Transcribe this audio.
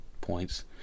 points